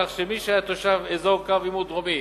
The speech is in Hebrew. כך שמי שהיה תושב אזור קו עימות דרומי